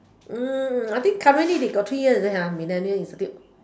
mm I think currently they got three year is it millennia institute